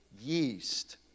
yeast